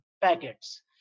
packets